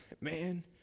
Man